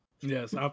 Yes